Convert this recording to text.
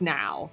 now